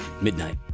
Midnight